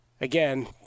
again